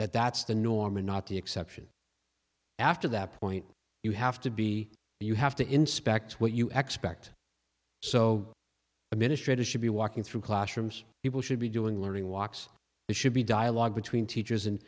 at that's the norm and not the exception after that point you have to be you have to inspect what you expect so administrator should be walking through classrooms people should be doing learning walks it should be dialogue between teachers